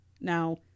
Now